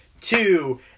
two